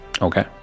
Okay